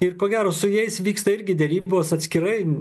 ir ko gero su jais vyksta irgi derybos atskirai